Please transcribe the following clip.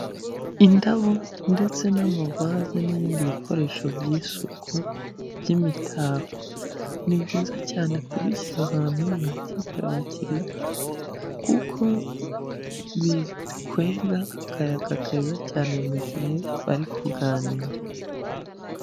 Indabo ndetse n'amavase n'ibindi bikoresho by'isuku by'imitako ni byiza cyane kubishyira ahantu mwakirira abakiriya kuko bikwega akayaga keza cyane mu gihe bari kuganira.